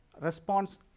response